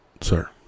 Sir